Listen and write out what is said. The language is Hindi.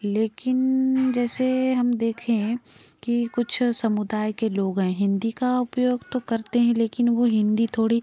लेकिन जैसे हम देखें कि कुछ समुदाय के लोग हैं हिंदी का उपयोग तो करते हैं लेकिन वो हिंदी थोड़ी